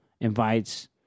invites